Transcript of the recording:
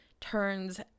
turns